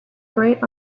great